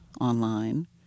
online